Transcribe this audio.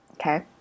Okay